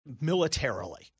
militarily